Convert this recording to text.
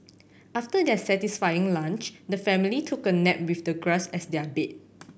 after their satisfying lunch the family took a nap with the grass as their bed